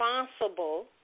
responsible